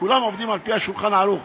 וכולם עובדים על-פי ה"שולחן ערוך".